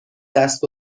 دست